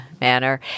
manner